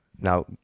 now